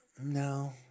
no